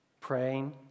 Praying